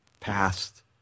past